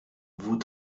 vous